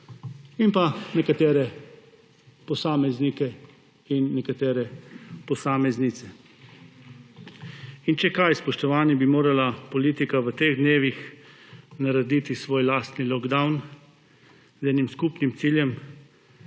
in pa nekatere posameznike in nekatere posameznice. Če kaj, spoštovani, bi morala politika v teh dnevih narediti svoj lastni lockdown z enim skupnim ciljem: